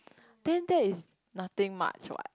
then that is nothing much what